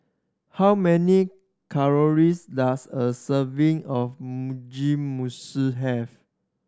how many calories does a serving of Mugi have